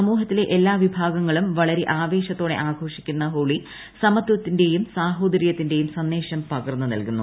സമൂഹത്തിലെ എല്ലാ വിഭാഗങ്ങളും വളരെ ആവേശത്തോടെ ആഘോഷിക്കുന്ന ഹോളി സമത്വത്തിന്റെയും സാഹോദര്യത്തിന്റെയും സന്ദേശം പകർന്നു നൽകുന്നു